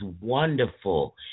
wonderful